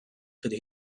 could